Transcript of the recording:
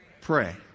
pray